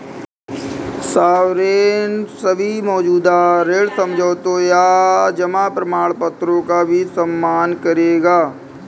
sovereign सभी मौजूदा ऋण समझौतों या जमा प्रमाणपत्रों का भी सम्मान करेगा